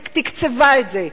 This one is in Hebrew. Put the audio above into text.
ותקצבה את זה.